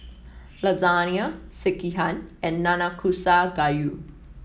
Lasagne Sekihan and Nanakusa Gayu